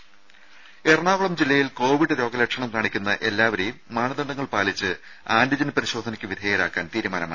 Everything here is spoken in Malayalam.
രുദ എറണാകുളം ജില്ലയിൽ കോവിഡ് രോഗലക്ഷണം കാണിക്കുന്ന എല്ലാവരെയും മാനദണ്ഡങ്ങൾ പാലിച്ച് ആന്റിജൻ പരിശോധനയ്ക്ക് വിധേയരാക്കാൻ തീരുമാനമായി